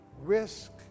Risk